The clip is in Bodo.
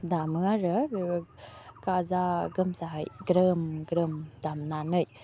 दामो आरो बेबो गाजा गोमजाहै ग्रोम ग्रोम दामनानै